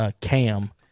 Cam